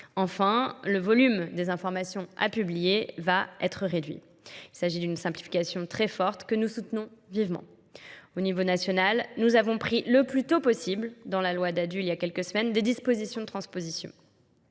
Enfin, le volume des informations à publier va être réduit. Il s'agit d'une simplification très forte que nous soutenons vivement. Au niveau national, nous avons pris le plus tôt possible, dans la loi d'adult il y a quelques semaines, des dispositions de transposition.